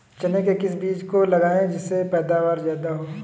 चने के किस बीज को लगाएँ जिससे पैदावार ज्यादा हो?